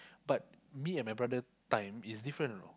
but me and my brother time is different you know